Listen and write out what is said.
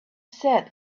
sat